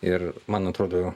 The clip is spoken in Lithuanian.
ir man atrodo